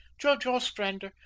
judge ostrander,